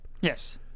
Yes